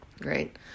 right